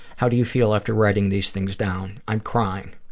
how do you feel after writing these things down? i'm crying.